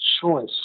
choice